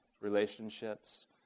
relationships